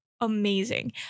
amazing